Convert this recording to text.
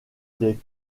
des